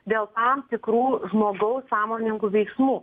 dėl tam tikrų žmogaus sąmoningų veiksmų